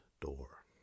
door